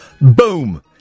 Boom